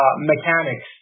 mechanics